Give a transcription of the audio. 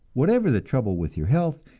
whatever the trouble with your health,